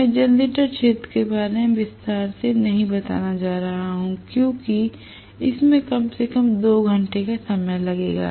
मैं जेनरेटर क्षेत्र के बारे में विस्तार से नहीं बताने जा रहा हूं क्योंकि इसमें कम से कम 2 घंटे का समय लगेगा